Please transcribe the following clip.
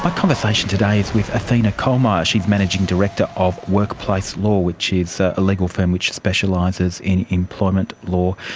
ah conversation today is with athena koelmeyer, she is managing director of workplace law, which is so a legal firm which specialises in employment law.